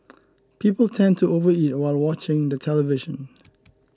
people tend to overeat while watching the television